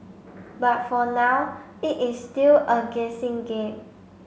but for now it is still a guessing game